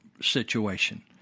situation